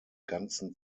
ganzen